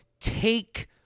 take